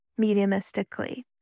mediumistically